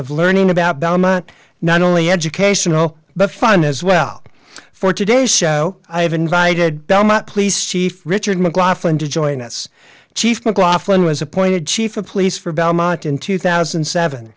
of learning about belmont not only educational but fun as well for today's show i have invited belmont police chief richard mclaughlin to join us chief mclaughlin was appointed chief of police for belmont in two thousand and seven